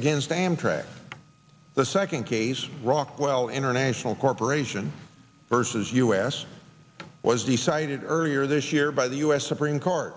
against amtrak the second case rockwell international corporation versus us was decided earlier this year by the us supreme court